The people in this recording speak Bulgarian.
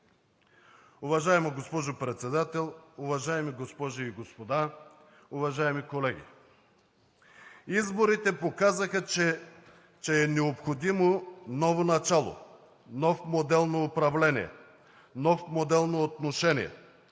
Уважаема госпожо Председател, уважаеми колеги! Изборите показаха, че е необходимо ново начало, нов модел на управление, нов модел на отношение,